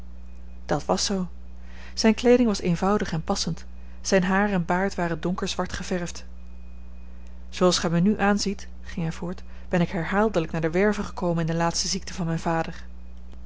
dat was zoo zijne kleeding was eenvoudig en passend zijn haar en baard waren donker zwart geverfd zooals gij mij nu aanziet ging hij voort ben ik herhaaldelijk naar de werve gekomen in de laatste ziekte van mijn vader